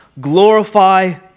glorify